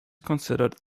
considered